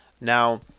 Now